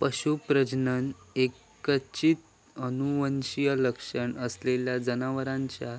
पशू प्रजनन ऐच्छिक आनुवंशिक लक्षण असलेल्या जनावरांच्या